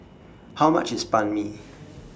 How much IS Banh MI